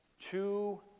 Two